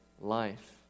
life